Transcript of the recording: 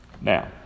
Now